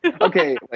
Okay